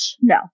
No